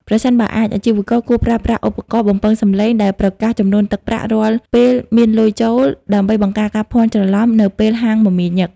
ប្រសិនបើអាច អាជីវករគួរប្រើប្រាស់ឧបករណ៍បំពងសំឡេងដែលប្រកាសចំនួនទឹកប្រាក់រាល់ពេលមានលុយចូល ដើម្បីបង្ការការភ័ន្តច្រឡំនៅពេលហាងមមាញឹក។